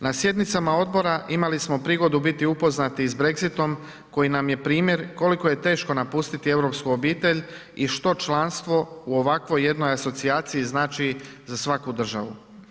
Na sjednicama odbora imali smo prigodu biti upoznati i s Brexitom koji nam je primjer koliko je teško napustiti europsku obitelj i što članstvo u ovakvoj jednoj asocijaciji znači za svaku državu.